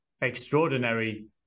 extraordinary